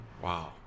Wow